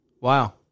Wow